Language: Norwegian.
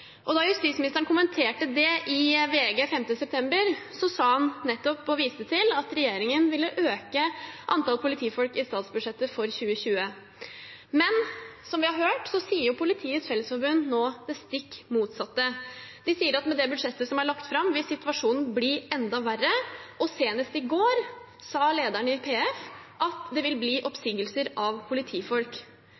Da justisministeren kommenterte det i VG den 5. september, viste han nettopp til at regjeringen ville øke antallet politifolk i statsbudsjettet for 2020. Men som vi har hørt, sier Politiets Fellesforbund nå det stikk motsatte. De sier at med det budsjettet som er lagt fram, vil situasjonen bli enda verre. Senest i går sa lederen i PF at det vil bli